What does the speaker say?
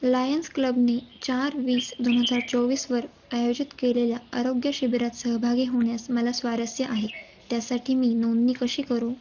Lions क्लबने चार वीस दोन हजार चोवीसवर आयोजित केलेल्या आरोग्यशिबिरात सहभागी होण्यास मला स्वारस्य आहे त्यासाठी मी नोंदणी कशी करू